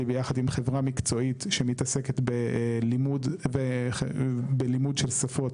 ביחד עם חברה מקצועית שמתעסקת בלימוד של שפות,